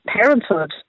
parenthood